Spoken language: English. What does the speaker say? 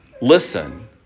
listen